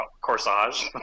corsage